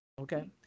Okay